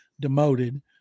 demoted